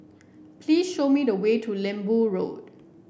please show me the way to Lembu Road